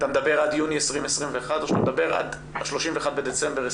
אתה מדבר עד יוני 2021 או שאתה מדבר על ה-31 בדצמבר 2021?